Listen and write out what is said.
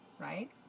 right